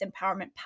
Empowerment